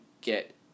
get